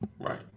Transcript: Right